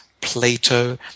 Plato